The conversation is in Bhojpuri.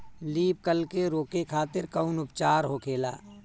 लीफ कल के रोके खातिर कउन उपचार होखेला?